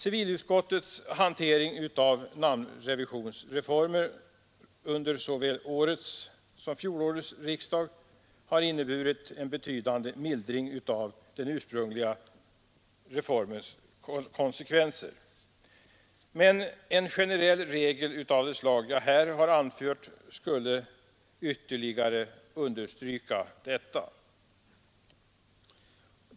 Civilutskottets hantering av namnrevisionsreformen under såväl årets som fjolårets riksdag har inneburit en betydande mildring av den ursprungliga reformens konsekvenser. Men en generell regel av det slag jag här har nämnt skulle ytterligare mildra konsekvenserna.